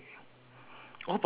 red with black lah